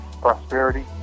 prosperity